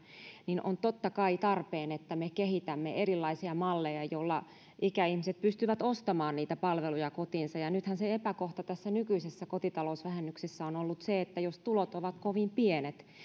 niin on totta kai tarpeen että me kehitämme erilaisia malleja joilla ikäihmiset pystyvät ostamaan palveluja kotiinsa nythän se epäkohta tässä nykyisessä kotitalousvähennyksessä on ollut se että jos tulot ovat kovin pienet